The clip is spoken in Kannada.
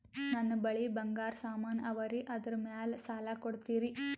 ನನ್ನ ಬಳಿ ಬಂಗಾರ ಸಾಮಾನ ಅವರಿ ಅದರ ಮ್ಯಾಲ ಸಾಲ ಕೊಡ್ತೀರಿ?